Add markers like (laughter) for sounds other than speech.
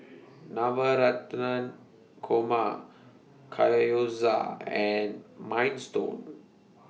Navratan Korma (unintelligible) and Minestrone